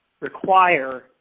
require